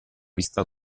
vista